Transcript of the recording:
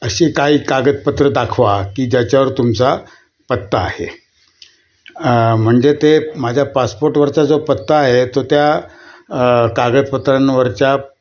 अशी काही कागदपत्रं दाखवा की ज्याच्यावर तुमचा पत्ता आहे म्हणजे ते माझ्या पासपोर्टवरचा जो पत्ता आहे तो त्या कागदपत्रांवरच्या